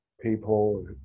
people